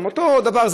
אותו דבר,